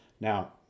Now